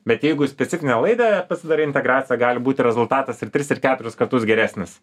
bet jeigu į specifinę laidą darai integraciją gali būti rezultatas ir tris ir keturis kartus geresnis